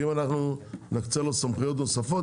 אם אנחנו נקצה לו סמכויות נוספות,